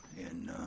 and